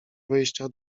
wejścia